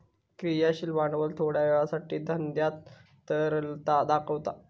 क्रियाशील भांडवल थोड्या वेळासाठी धंद्यात तरलता दाखवता